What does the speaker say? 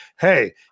hey